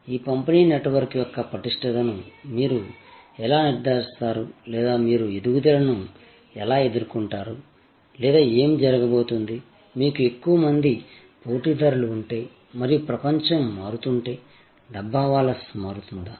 ఈ పంపిణీ నెట్వర్క్ యొక్క పటిష్టతను మీరు ఎలా నిర్ధారిస్తారు లేదా మీరు ఎదుగుదలను ఎలా ఎదుర్కుంటారు లేదా ఏమి జరగబోతోంది మీకు ఎక్కువ మంది పోటీదారులు ఉంటే మరియు ప్రపంచం మారుతుంటే డబ్బావాలాస్ మారుతుందా